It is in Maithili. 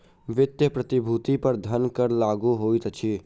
वित्तीय प्रतिभूति पर धन कर लागू होइत अछि